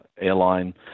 airline